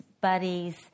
buddies